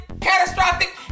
catastrophic